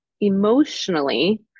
emotionally